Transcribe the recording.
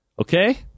Okay